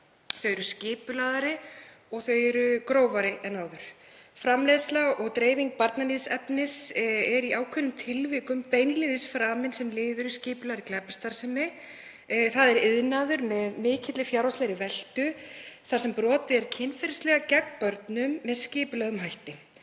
skipulagðari og grófari en áður. Framleiðsla og dreifing barnaníðsefnis er í ákveðnum tilvikum beinlínis liður í skipulagðri glæpastarfsemi, það er iðnaður með mikla fjárhagslega veltu þar sem brotið er kynferðislega gegn börnum með skipulögðum hætti.